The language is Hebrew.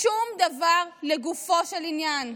שום דבר לגופו של עניין.